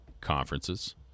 conferences